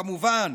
כמובן,